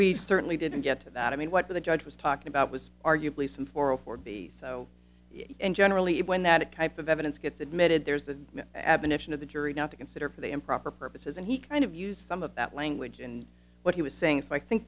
we certainly didn't get to that i mean what the judge was talking about was arguably some for a for be so and generally it when that it kind of evidence gets admitted there's an admonition of the jury not to consider for the improper purposes and he kind of use some of that language and what he was saying so i think